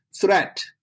threat